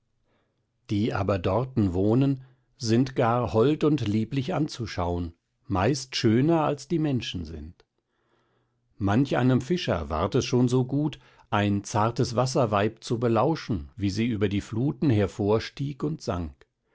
die aber dorten wohnen sind gar hold und lieblich anzuschauen meist schöner als die menschen sind manch einem fischer ward es schon so gut ein zartes wasserweib zu belauschen wie sie über die fluten hervorstieg und sang